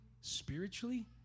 spiritually